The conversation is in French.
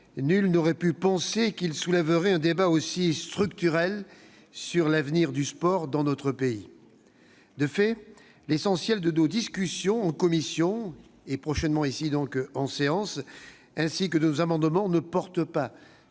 nul n'aurait pu penser qu'il soulèverait un débat aussi structurel sur l'avenir du sport dans notre pays. De fait, l'essentiel de nos discussions, en commission et ici même en séance, ainsi que de nos amendements, ne porte pas